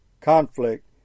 conflict